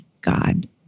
god